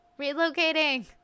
relocating